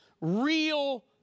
real